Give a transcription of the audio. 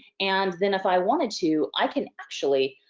and then if i wanted to, i can actually